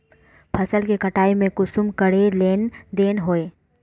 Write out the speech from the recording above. फसल के कटाई में कुंसम करे लेन देन होए?